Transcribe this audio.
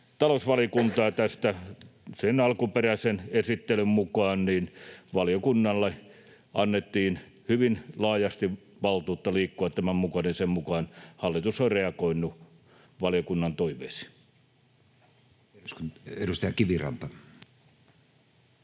talousvaliokuntaa tästä. Sen alkuperäisen esittelyn mukaan valiokunnalle annettiin hyvin laajasti valtuutta liikkua, ja sen mukaan hallitus on reagoinut valiokunnan toiveisiin. Edustaja Kiviranta.